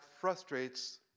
frustrates